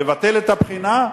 לבטל את הבחינה,